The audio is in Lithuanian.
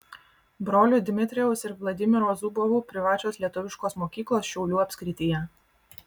brolių dmitrijaus ir vladimiro zubovų privačios lietuviškos mokyklos šiaulių apskrityje